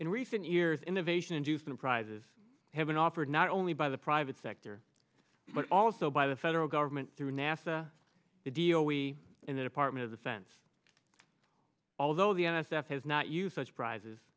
in recent years innovation inducement prizes have been offered not only by the private sector but also by the federal government through nasa video we in the department of defense although the n s f has not used such prizes